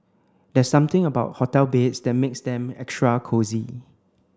there's something about hotel beds that makes them extra cosy